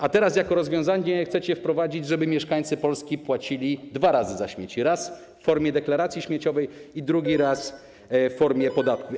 A teraz jako rozwiązanie chcecie wprowadzić, żeby mieszkańcy Polski płacili dwa razy za śmieci: raz w formie deklaracji śmieciowej i drugi raz w formie podatku.